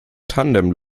tandem